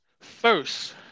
First